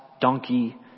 donkey